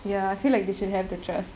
ya I feel like they should have the trust